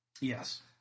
Yes